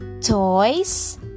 toys